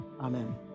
Amen